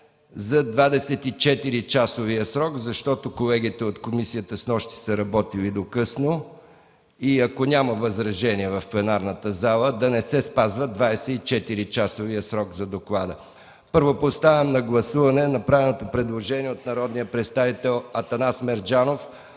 за 24-часовия срок, защото колегите от комисията снощи са работили до късно. Ако няма възражения в пленарната зала, то да не се спазва 24-часовият срок за доклада. Първо поставям на гласуване предложението на народния представител Атанас Мерджанов